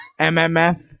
MMF